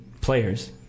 players